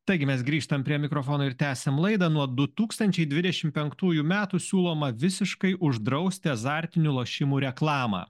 taigi mes grįžtam prie mikrofono ir tęsiam laidą nuo du tūkstančiai dvidešimt penktųjų metų siūloma visiškai uždrausti azartinių lošimų reklamą